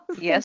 yes